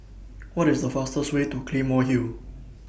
What IS The fastest Way to Claymore Hill